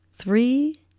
Three